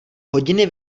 hodiny